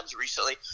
recently